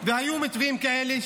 היו מתווים כאלה,